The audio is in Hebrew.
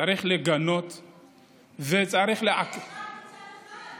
צריך לגנות וצריך, יש רק צד אחד.